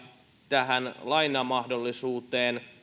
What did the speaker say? tähän lainamahdollisuuteen